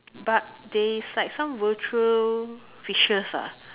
but there is like some virtual fishes ah